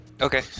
Okay